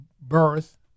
birth